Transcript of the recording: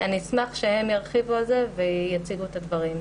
אשמח שהם ירחיבו על זה ויציגו את הדברים.